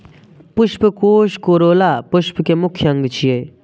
पुष्पकोष कोरोला फूल के मुख्य अंग छियै